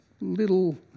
little